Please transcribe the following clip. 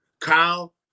Kyle